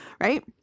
right